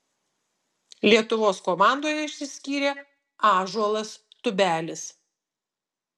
lietuvos komandoje išsiskyrė ąžuolas tubelis